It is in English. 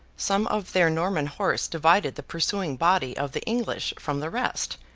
some of their norman horse divided the pursuing body of the english from the rest,